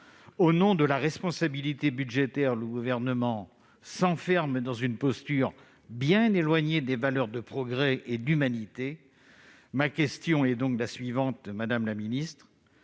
Au nom de la responsabilité budgétaire, le Gouvernement s'enferme dans une posture bien éloignée des valeurs de progrès et d'humanité. Ma question est la suivante : allez-vous